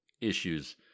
issues